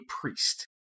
priest